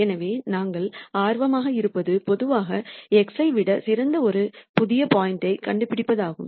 எனவே நாங்கள் ஆர்வமாக இருப்பது பொதுவாக x ஐ விட சிறந்த ஒரு புதிய பாயிண்ட் யைக் கண்டுபிடிப்பதாகும்